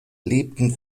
lebten